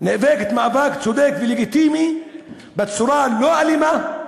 נאבקת מאבק צודק ולגיטימי בצורה לא אלימה.